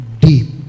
deep